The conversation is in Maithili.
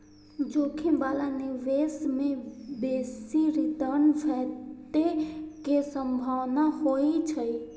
जोखिम बला निवेश मे बेसी रिटर्न भेटै के संभावना होइ छै